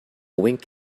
wink